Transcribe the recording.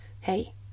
Hey